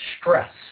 stress